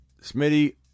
Smitty